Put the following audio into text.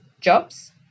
jobs